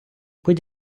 будь